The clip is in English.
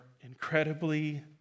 incredibly